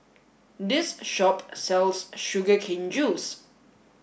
this shop sells sugar cane juice